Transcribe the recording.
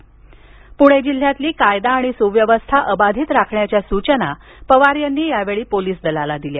पूणे जिल्ह्यातली कायदा सुव्यवस्था अबाधित राखण्याच्या सुचना पवार यांनी यावेळी पोलीस दलाला दिल्या